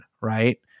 right